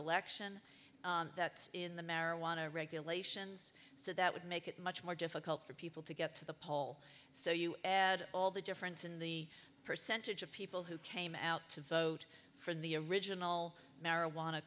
election in the marijuana regulations so that would make it much more difficult for people to get to the poll so you add all the difference in the percentage of people who came out to vote from the original marijuana